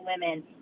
women